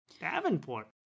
Davenport